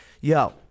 Yo